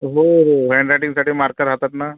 हो हो हँडराईटिंगसाठी मार्क राहतात ना